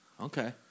Okay